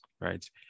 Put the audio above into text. right